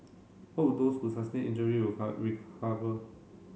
hope those who sustained injury will recover